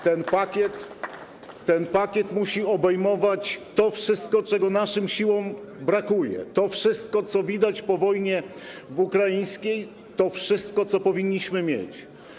Ten pakiet musi obejmować to wszystko, czego naszym siłom brakuje, to wszystko, co widać po wojnie ukraińskiej, to wszystko, co powinniśmy mieć.